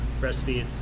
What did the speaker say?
recipe